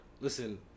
Listen